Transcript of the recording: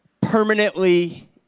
permanently